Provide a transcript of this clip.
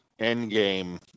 Endgame